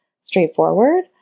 straightforward